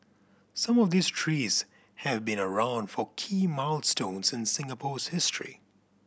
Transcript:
some of these trees have been around for key milestones in Singapore's history